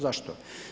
Zašto?